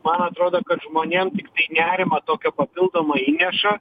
man atrodo kad žmonėm nerimą tokio papildomo įneša